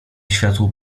światło